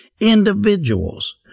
individuals